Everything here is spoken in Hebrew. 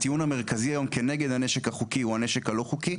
הטיעון המרכזי היום כנגד הנשק החוקי הוא הנשק הלא חוקי,